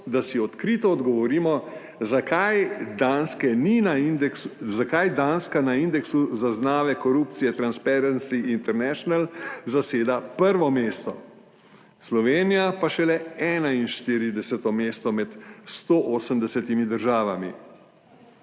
odkrito odgovorimo, zakaj Danska na indeksu zaznave korupcije Transparency International zaseda prvo mesto, Slovenija pa šele 41. mesto med 180. državami.